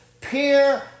peer